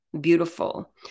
beautiful